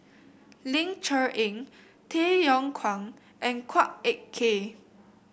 Ling Cher Eng Tay Yong Kwang and Chua Ek Kay